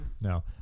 No